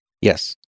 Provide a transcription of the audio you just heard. Yes